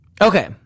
okay